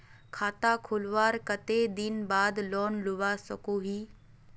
खाता खोलवार कते दिन बाद लोन लुबा सकोहो ही?